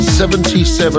77